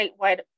statewide